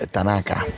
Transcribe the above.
Tanaka